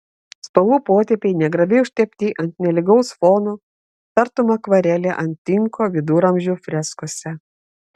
spalvų potėpiai negrabiai užtepti ant nelygaus fono tartum akvarelė ant tinko viduramžių freskose